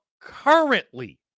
currently